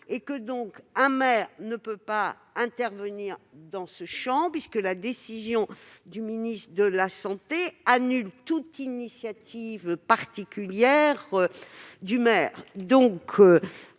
de la santé. Un maire ne peut pas intervenir dans ce champ, puisque la décision du ministre de la santé annule toute initiative particulière.